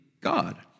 God